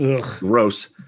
Gross